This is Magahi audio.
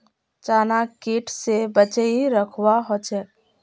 चनाक कीट स बचई रखवा ह छेक